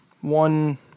one